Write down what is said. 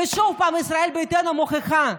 ושוב ישראל ביתנו מוכיחה: